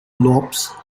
lopes